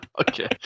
Okay